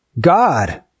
God